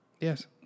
Yes